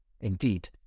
Indeed